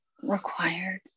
required